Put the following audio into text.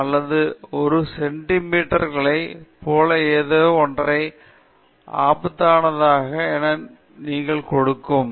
96 ஏதோ 7134 அல்லது அந்த சென்டிமீட்டர்களைப் போல ஏதோவொரு அபத்தமானது என நீங்கள் கொடுக்கும்